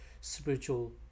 spiritual